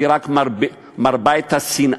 הם רק מרבים את השנאה.